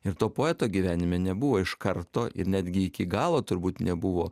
ir to poeto gyvenime nebuvo iš karto ir netgi iki galo turbūt nebuvo